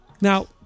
Now